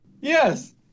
Yes